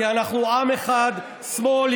כי אנחנו עם אחד: שמאל,